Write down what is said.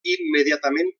immediatament